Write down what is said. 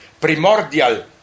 primordial